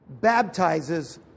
baptizes